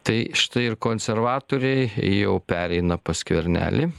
tai štai ir konservatoriai jau pereina pas skvernelį